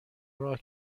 راه